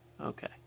Okay